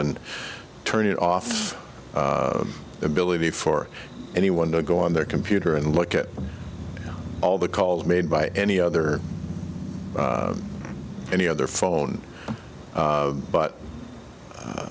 and turn it off ability for anyone to go on their computer and look at all the calls made by any other any other phone but